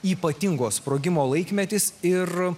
ypatingo sprogimo laikmetis ir